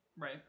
Right